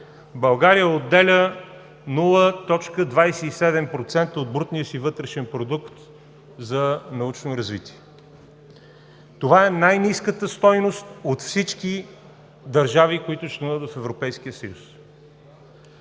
България отделя 0.27% от брутния си вътрешен продукт за научно развитие. Това е най-ниската стойност от всички държави, които членуват в Европейския съюз.